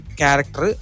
character